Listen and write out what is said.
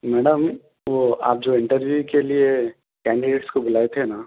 madam وہ آپ جو انٹرویو کے لئے کینڈیڈیٹس کو بلائے تھے نہ